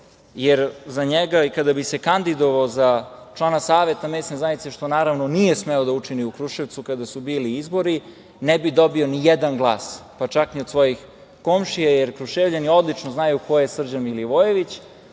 jer za njega i kada bi se kandidovao za člana Saveta MZ što naravno nije smeo da učini u Kruševcu kada su bili izbori, ne bi dobio nijedan glas, pa čak i od svojih komšija, jer Kruševljani odlično znaju ko je Srđan Milivojević. Iz